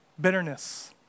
bitterness